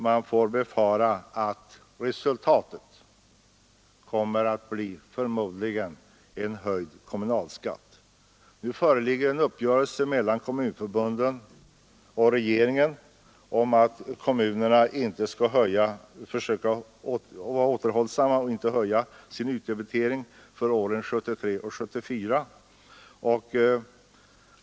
Man kan befara att resultatet kommer att bli en höjd kommunalskatt. Nu föreligger en uppgörelse meilan kommunförbunden och regeringen om att kommunerna skall försöka vara återhållsamma och inte höja sin utdebitering för åren 1973 och 1974.